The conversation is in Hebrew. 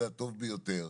זה הטוב ביותר.